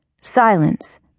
Silence